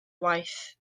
waith